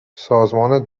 سازمان